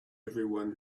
everyone